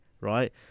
right